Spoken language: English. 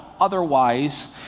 otherwise